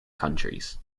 countries